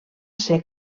ser